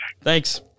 Thanks